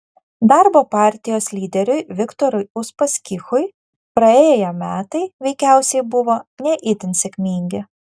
darbo partijos lyderiui viktorui uspaskichui praėję metai veikiausiai buvo ne itin sėkmingi